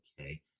Okay